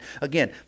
Again